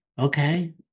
Okay